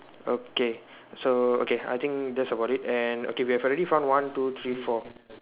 okay so okay I think that's about it and okay we have already found one two three four